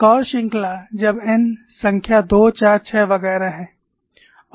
एक और श्रृंखला जब n संख्या 2 4 6 वगैरह हैं